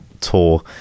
tour